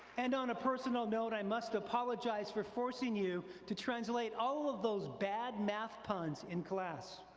and on a personal note, i must apologize for forcing you to translate all of those bad math puns in class.